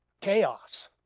chaos